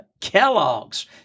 Kellogg's